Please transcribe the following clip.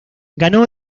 ganó